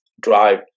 drive